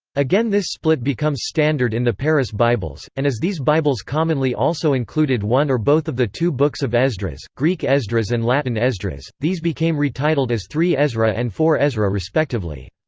again this split becomes standard in the paris bibles and as these bibles commonly also included one or both of the two books of esdras greek esdras and latin esdras these became retitled as three ezra and four ezra respectively.